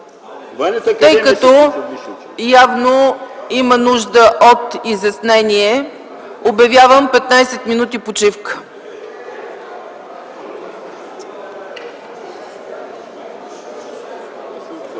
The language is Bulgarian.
ЦАЧЕВА: Явно има нужда от изяснение. Обявявам 15 минути почивка.